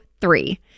three